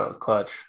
clutch